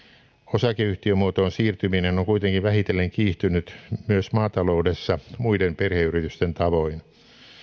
osakeyhtiömuotoon siirtyminen on kuitenkin vähitellen kiihtynyt myös maataloudessa muiden perheyritysten tavoin